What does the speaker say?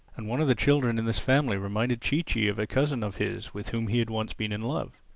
and one of the children in this family reminded chee-chee of a cousin of his with whom he had once been in love.